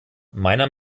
meiner